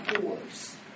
force